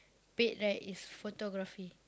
paid right is photography